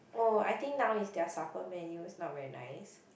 oh I think now is their supper menu's not very nice